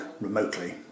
remotely